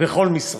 וכל משרה.